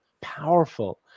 powerful